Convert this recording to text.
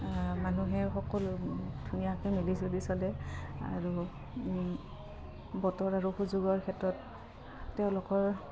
মানুহে সকলো ধুনীয়াকে মিলি চুলি চলে আৰু বতৰ আৰু সুযোগৰ ক্ষেত্ৰত তেওঁলোকৰ